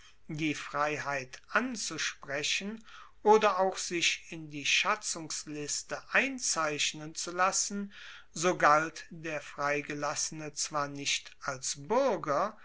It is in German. die freiheit anzusprechen oder auch sich in die schatzungsliste einzeichnen zu lassen so galt der freigelassene zwar nicht als buerger